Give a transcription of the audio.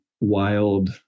wild